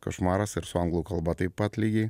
košmaras ir su anglų kalba taip pat lygiai